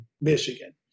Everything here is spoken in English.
Michigan